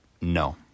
No